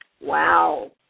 Wow